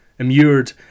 Immured